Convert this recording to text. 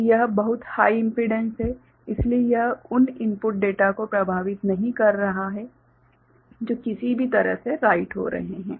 तो यह बहुत हाइ इम्पीडेंस है इसलिए यह उन इनपुट डेटा को प्रभावित नहीं कर रहा है जो किसी भी तरह से राइट हो रहे हैं